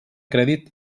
crèdit